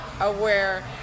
aware